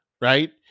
right